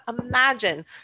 imagine